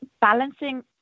balancing